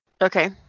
Okay